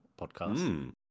podcast